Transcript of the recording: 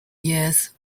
years